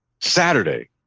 Saturday